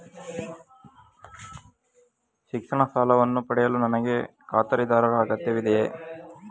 ಶಿಕ್ಷಣ ಸಾಲವನ್ನು ಪಡೆಯಲು ನನಗೆ ಖಾತರಿದಾರರ ಅಗತ್ಯವಿದೆಯೇ?